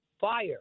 fire